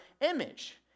image